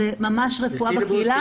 זאת ממש רפואה בקהילה.